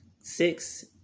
six